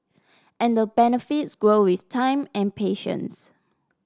and the benefits grow with time and patience